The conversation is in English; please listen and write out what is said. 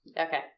Okay